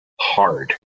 hard